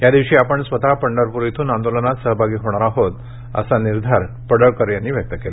या दिवशी आपण स्वतः पंढरप्र इथून आंदोलनात सहभागी होणार आहोत असा निर्धार पडळकर यांनी व्यक्त केला